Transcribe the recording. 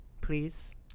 please